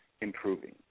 improving